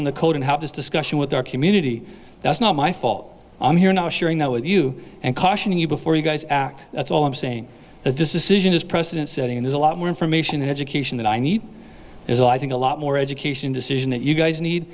in the code and how this discussion with our community that's not my fault i'm here not sharing that with you and cautioning you before you guys act that's all i'm saying that this isn't is precedent setting there's a lot more information in education that i need as i think a lot more education decision that you guys need